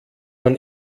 man